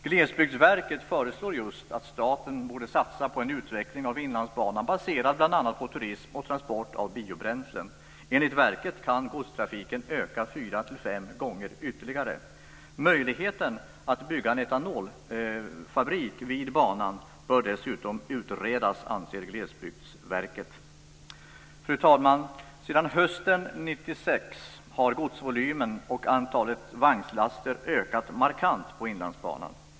Glesbygdsverket föreslår just att staten borde satsa på en utveckling av Inlandsbanan baserad bl.a. på turism och transport av biobränslen. Enligt verket kan godstrafiken öka fyra till fem gånger ytterligare. Möjligheten att bygga en etanolfabrik vid banan bör dessutom utredas, anser Fru talman! Sedan hösten 1996 har godsvolymen och antalet vagnslaster ökat markant på Inlandsbanan.